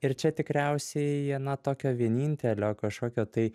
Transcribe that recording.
ir čia tikriausiai na tokio vienintelio kažkokio tai